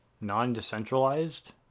non-decentralized